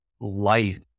life